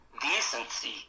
decency